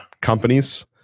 companies